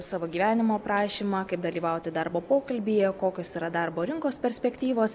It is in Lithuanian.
savo gyvenimo aprašymą kaip dalyvauti darbo pokalbyje kokios yra darbo rinkos perspektyvos